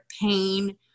pain